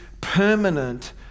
permanent